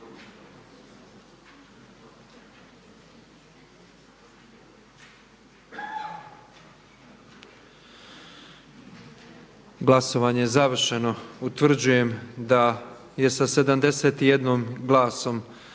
Glasovanje je završeno. Utvrđujem da sa 111 glasova